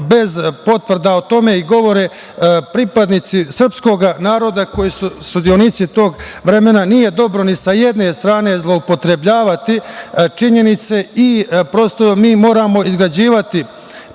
bez potvrda, o tome govore i pripadnici srpskog naroda koji su učesnici tog vremena, nije dobro ni sa jedne strane zloupotrebljavati činjenice. Prosto, mi moramo izgrađivati